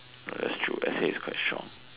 that's true let's say it's quite strong